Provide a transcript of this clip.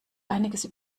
einiges